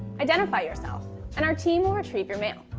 identify yourself and our team will retrieve your mail.